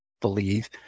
believe